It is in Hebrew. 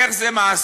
איך זה מעשי?